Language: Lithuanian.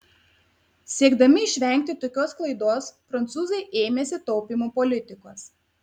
siekdami išvengti tokios klaidos prancūzai ėmėsi taupymo politikos